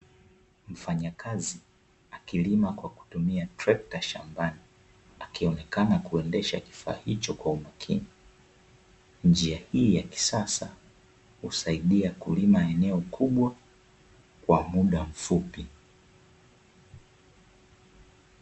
Mfanyakazi, akilima kwa kutumia trekta shambani, akionekana kuendesha kifaa hicho kwa umakini, njia hii ya kisasa husaidia kulima eneo kubwa kwa muda mfupi.